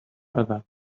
other